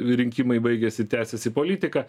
rinkimai baigiasi ir tęsiasi politika